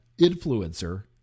influencer